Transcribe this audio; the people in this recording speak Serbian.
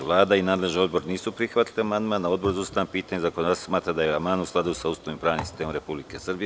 Vlada i nadležni odbor nisu prihvatili amandman, a Odbor za ustavna pitanja i zakonodavstvo smatra da je amandman u skladu sa Ustavom i pravnim sistemom Republike Srbije.